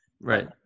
Right